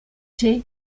jay